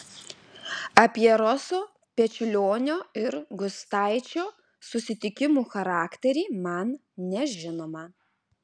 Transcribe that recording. apie roso pečiulionio ir gustaičio susitikimų charakterį man nežinoma